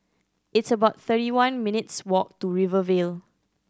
it's about thirty one minutes' walk to Rivervale